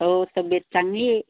हो तब्बेत चांगली आहे